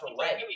red